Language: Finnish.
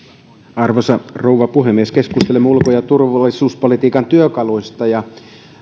arvoisa rouva puhemies keskustelemme ulko ja turvallisuuspolitiikan työkaluista ja